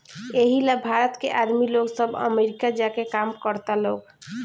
एही ला भारत के आदमी लोग सब अमरीका जा के काम करता लोग